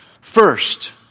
first